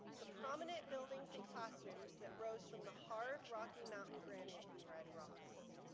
the prominent buildings and classrooms that rose from the hard rocky mountain granite in red rocks.